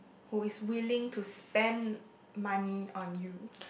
who is willing to spend money on you